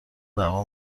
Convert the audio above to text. دعوا